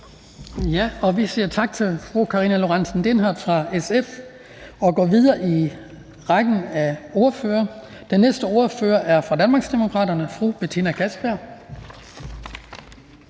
Vi siger tak til fru Karina Lorentzen Dehnhardt fra SF og går videre i rækken af ordførere. Den næste ordfører er fru Betina Kastbjerg